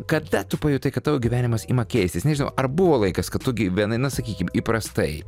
kada tu pajutai kad tavo gyvenimas ima keistis nežinau ar buvo laikas kad tu gyvenai na sakykim įprastai